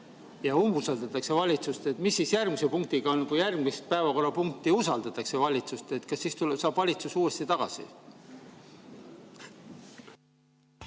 ja umbusaldatakse valitsust, mis siis järgmise punktiga on? Kui järgmises päevakorrapunktis usaldatakse valitsust, kas siis saab valitsus uuesti tagasi?